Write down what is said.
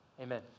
Amen